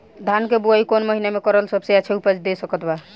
धान के बुआई कौन महीना मे करल सबसे अच्छा उपज दे सकत बा?